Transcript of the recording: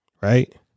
Right